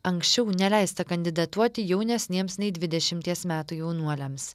anksčiau neleista kandidatuoti jaunesniems nei dvidešimties metų jaunuoliams